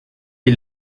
est